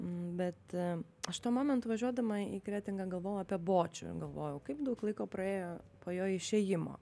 bet a aš tuo momentu važiuodama į kretingą galvojau apie bočių ir galvojau kaip daug laiko praėjo po jo išėjimo